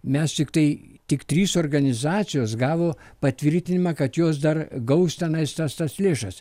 mes tiktai tik trys organizacijos gavo patvirtinimą kad jos dar gaus tenais tas tas lėšas